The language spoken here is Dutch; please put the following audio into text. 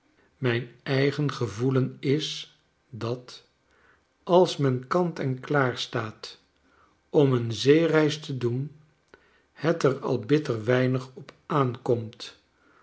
mijn eigen gevoelen is dat als men kant en klaar staat om een zeereis te doen het er al bitter weinig op aankomt